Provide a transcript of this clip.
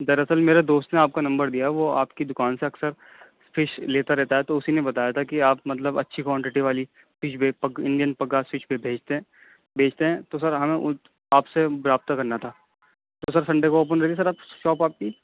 دراصل میرے دوست نے آپ کا نمبر دیا ہے وہ آپ کی دکان سے اکثر فش لیتا رہتا ہے تو اسی نے بتایا تھا کہ آپ مطلب اچھی کوانٹٹی والی فش انڈین پگا فش پہ بھیجتے ہیں بیچتے ہیں تو سر ہمیں آپ سے رابطہ کرنا تھا تو سر سنڈے کو اوپن رہے گی سر شاپ آپ کی